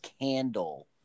candle